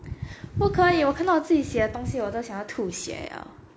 不可以我看到我自己写的东西我都想要吐血了